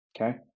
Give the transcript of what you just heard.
okay